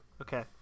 Okay